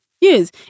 yes